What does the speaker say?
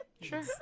Sure